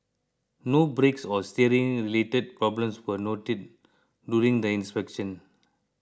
no brakes or steering related problems were noted during the inspection